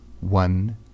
One